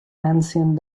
ancient